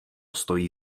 stojí